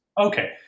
Okay